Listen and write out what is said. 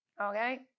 okay